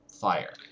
fire